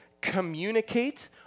communicate